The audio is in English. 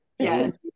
Yes